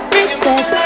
Respect